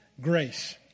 grace